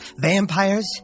vampires